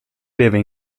deve